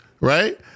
right